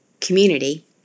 community